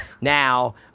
now